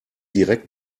direkt